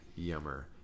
yummer